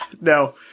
No